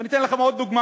ואני אתן לכם עוד דוגמה.